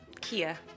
Kia